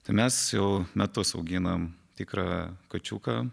tai mes jau metus auginam tikrą kačiuką